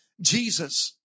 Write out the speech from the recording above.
Jesus